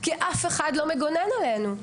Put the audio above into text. כי אף אחד לא מגונן עלינו.